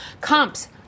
Comps